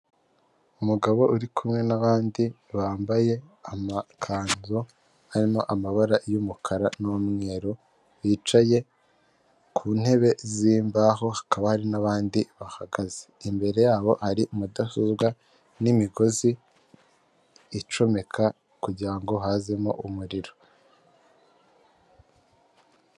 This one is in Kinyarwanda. Umugabo uri kumwe n'abandi bambaye amakanzu harimo amabara y'umukara n'umweru bicaye ku ntebe z'imbaho hakaba hari n'abandi bahagaze imbere yabo hari mudasobwa n'imigozi icomeka kugira ngo hazemo umuriro.